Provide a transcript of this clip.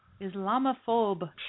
Islamophobe